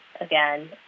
again